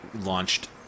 launched